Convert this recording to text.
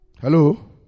Hello